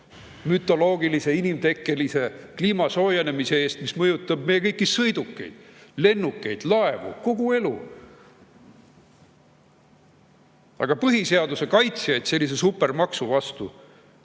mütoloogilise inimtekkelise kliima soojenemise eest, mis mõjutab meie kõiki sõidukeid, lennukeid, laevu – kogu elu. Aga põhiseaduse kaitsjaid sellise supermaksu eest